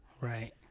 Right